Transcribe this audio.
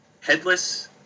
headless